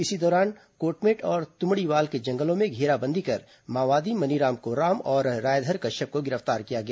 इसी दौरान कोटमेट और तुमड़ीवाल के जंगलों में घेराबंदी कर माओवादी मनीराम कोर्राम और रायधर कश्यप को गिरफ्तार किया गया